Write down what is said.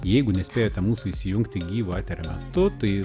jeigu nespėjote mūsų įsijungti gyvo eterio metu tai